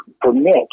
permit